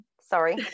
Sorry